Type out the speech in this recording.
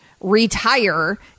retire